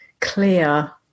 clear